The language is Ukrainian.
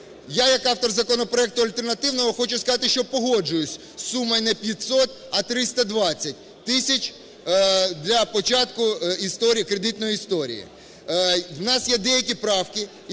Я, як автор законопроекту альтернативного, хочу сказати, що погоджуюся з сумою не 500, а 320 тисяч для початку кредитної історії. У нас є деякі правки